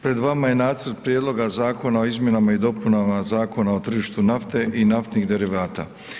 Pred vama je Nacrt prijedloga zakona o Izmjenama i dopunama Zakona o tržištu nafte i naftnih derivata.